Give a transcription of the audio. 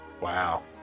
Wow